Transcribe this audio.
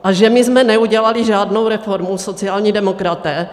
A že my jsme neudělali žádnou reformu, sociální demokraté?